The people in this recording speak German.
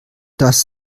das